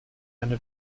eine